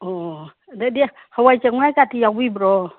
ꯑꯣ ꯑꯗꯨꯗꯤ ꯍꯋꯥꯏ ꯆꯦꯡꯋꯥꯏ ꯀꯥꯗꯤ ꯌꯥꯎꯕꯤꯕ꯭ꯔꯣ